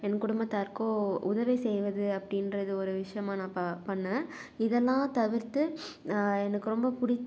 என் குடும்பத்தாருக்கோ உதவி செய்வது அப்படின்றது ஒரு விஷயமா நான் ப பண்ணிணேன் இதெல்லாம் தவிர்த்து எனக்கு ரொம்ப புடி